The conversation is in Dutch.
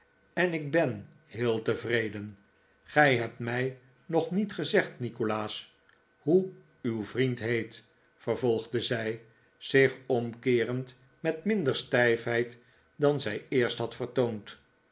en ik ben heel tevreden gij hebt mij nog niet gezegd nikolaas hoe uw vriend heet vervolgde zij zich omkeerend met minder stijfheid dan zij eerst had vertoond